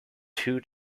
two